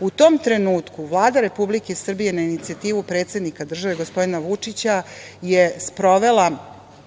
U tom trenutku, Vlada Republike Srbije, na inicijativu predsednika države, gospodina Vučića, je sprovela